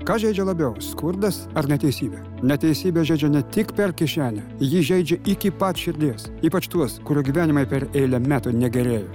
kas žeidžia labiau skurdas ar neteisybė neteisybė žeidžia ne tik per kišenę ji žeidžia iki pat širdies ypač tuos kurių gyvenimai per eilę metų negerėja